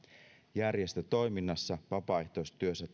järjestötoiminnassa vapaaehtoistyössä